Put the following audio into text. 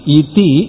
iti